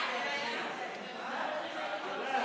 21),